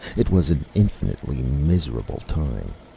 it was an infinitely miserable time.